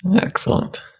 Excellent